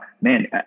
man